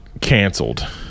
canceled